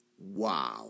Wow